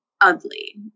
ugly